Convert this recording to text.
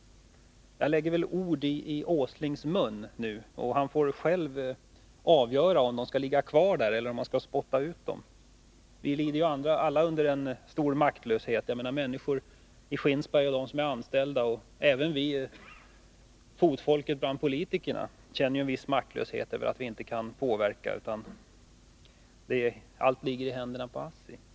Jag lägger väl ord i Nils Åslings mun nu, och han får själv avgöra om de skallligga kvar där eller om han vill spotta ut dem. För min del skulle jag vilja slå fast att vi alla lider av en stor maktlöshet. Människorna i Skinnskatteberg och även vi fotfolk bland politikerna känner oss maktlösa därför att vi inte kan påverka. Allt ligger i händerna på ASSI.